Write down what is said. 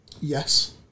Yes